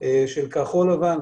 של כחול לבן.